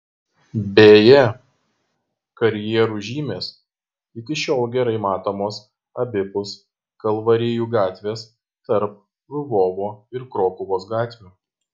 beje karjerų žymės iki šiol gerai matomos abipus kalvarijų gatvės tarp lvovo ir krokuvos gatvių